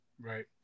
Right